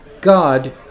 God